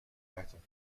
active